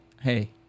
hey